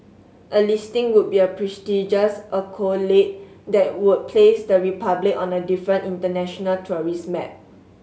a listing would be a prestigious accolade that would place the Republic on a different international tourist map